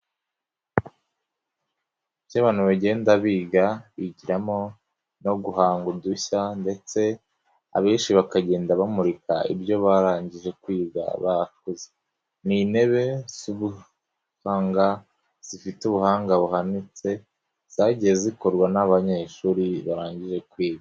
Mu byo abantu bagenda biga bigiramo no guhanga udushya ndetse abenshi bakagenda bamurika ibyo barangije kwiga bakuze, n'intebe z'ubuhanga zifite ubuhanga buhanitse zagiye zikorwa n'abanyeshuri barangije kwiga.